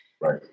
Right